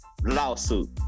lawsuit